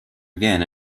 again